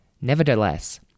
nevertheless